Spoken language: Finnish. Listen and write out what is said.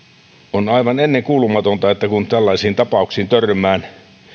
on aivan ennenkuulumatonta että kun tällaisiin tapauksiin törmää